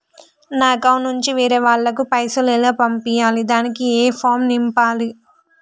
నా అకౌంట్ నుంచి వేరే వాళ్ళకు పైసలు ఎలా పంపియ్యాలి దానికి ఏ ఫామ్ నింపాలి?